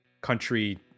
country